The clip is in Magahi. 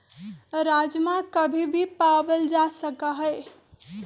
राजमा कभी भी पावल जा सका हई